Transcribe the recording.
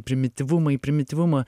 primityvumą į primityvumą